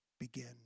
begin